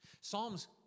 Psalms